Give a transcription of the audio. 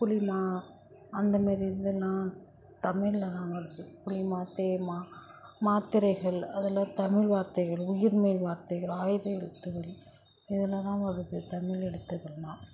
புளிமா அந்த மாதிரி இதெல்லாம் தமிழில் தான் வருது புளிமா தேமா மாத்திரைகள் அதெல்லாம் தமிழ் வார்த்தைகள் உயிர்மெய் வார்த்தைகள் ஆயுத எழுத்துகள் இதில் தான் வருது தமிழ் எழுத்துக்கள்லாம்